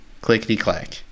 Clickety-clack